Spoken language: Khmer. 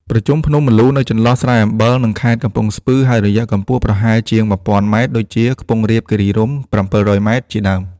ប្រជុំភ្នំអូរម្លូ នៅចន្លោះស្រែអំបិល និងខេត្តកំពង់ស្ពឺ ហើយរយៈកម្ពស់ប្រហែលជាង១ ០០០ ម ដូចជា ខ្ពង់រាបគិរីរម្យ ៧០០ ម៉ែត្រ ជាដើម ។